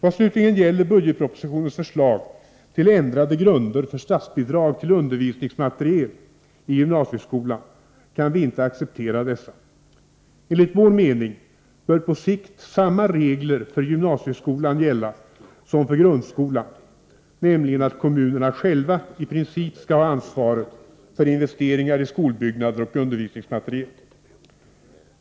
Vad slutligen gäller budgetpropositionens förslag till ändrade grunder för statsbidrag till undervisningsmateriel i gymnasieskolan kan vi inte acceptera dessa. Enligt vår mening bör på sikt samma regler gälla för gymnasieskolan som för grundskolan, nämligen att kommunerna själva i princip skall ha ansvaret för investeringar i skolbyggnader och undervisningsmateriel.